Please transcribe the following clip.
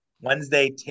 Wednesday